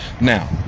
Now